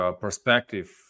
perspective